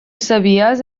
sabies